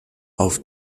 auf